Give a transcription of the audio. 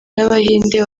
n’abahinde